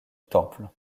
temple